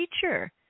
teacher